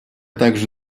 также